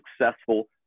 successful